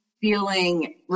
feeling